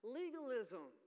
legalism